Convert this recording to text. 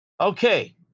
Okay